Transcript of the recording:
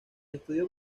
estudio